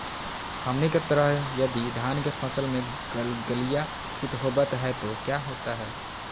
हमनी के तरह यदि धान के फसल में गलगलिया किट होबत है तो क्या होता ह?